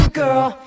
girl